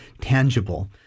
tangible